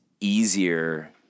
easier